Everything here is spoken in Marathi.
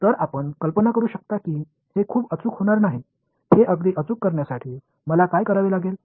तर आपण कल्पना करू शकता की हे खूप अचूक होणार नाही हे अगदी अचूक करण्यासाठी मला काय करावे लागेल